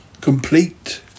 complete